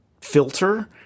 filter